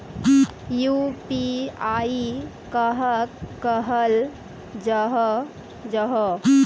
UPI कहाक कहाल जाहा जाहा?